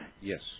yes